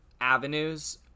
avenues